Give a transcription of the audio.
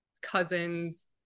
cousin's